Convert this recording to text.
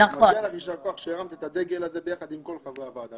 ישר כוח על כך שהרמת את הדגל הזה יחד עם כל חברי הוועדה.